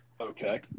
Okay